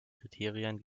kriterien